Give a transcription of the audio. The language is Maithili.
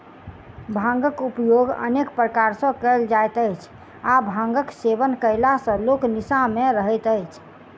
भांगक उपयोग अनेक प्रकार सॅ कयल जाइत अछि आ भांगक सेवन कयला सॅ लोक निसा मे रहैत अछि